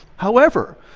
however,